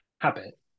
habit